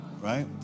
right